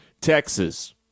Texas